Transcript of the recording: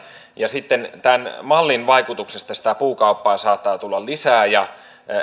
ja sitten tämän mallin vaikutuksesta sitä puukauppaa saattaa tulla lisää